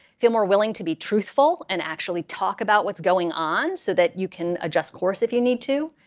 feel more willing to be truthful and actually talk about what's going on so that you can adjust course if you need to,